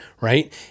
right